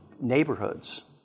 neighborhoods